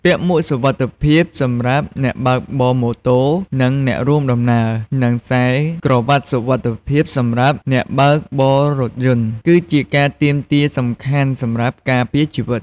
ពាក់មួកសុវត្ថិភាពសម្រាប់អ្នកបើកបរម៉ូតូ និងអ្នករួមដំណើរ និងខ្សែក្រវាត់សុវត្ថិភាពសម្រាប់អ្នកបើកបររថយន្ត គឺជាការទាមទារសំខាន់សម្រាប់ការពារជីវិត។